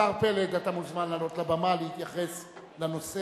השר פלד, אתה מוזמן לעלות לבמה להתייחס לנושא.